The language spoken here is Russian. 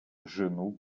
жену